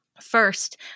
First